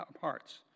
parts